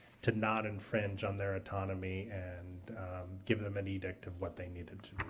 to not infringe on their autonomy and give them an edict of what they needed